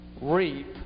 reap